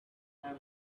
have